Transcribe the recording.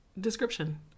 description